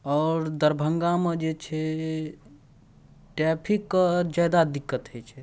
आओर दरभंगामे जे छै ट्रैफिकके जादा दिक्कत होइ छै